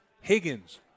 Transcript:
Higgins